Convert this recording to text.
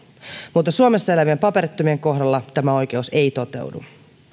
mutta suomessa elävien paperittomien kohdalla tämä oikeus ei toteudu